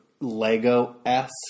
lego-esque